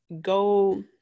Go